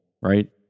right